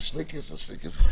זה שלייקס על שלייקס.